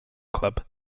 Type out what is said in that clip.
club